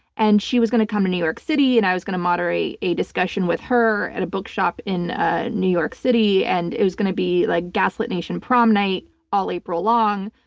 and she was going to come to new york city and i was going to moderate a discussion with her at a bookshop in ah new york city and it was going to be like gaslit nation prom night all april long.